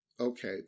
Okay